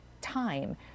time